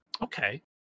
Okay